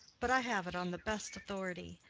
but i have it on the best authority.